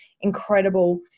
incredible